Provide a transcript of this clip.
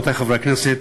רבותי חברי הכנסת,